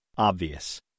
Obvious